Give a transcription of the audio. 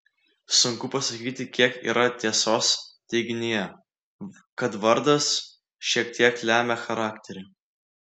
sunku pasakyti kiek yra tiesos teiginyje kad vardas šiek tiek lemia charakterį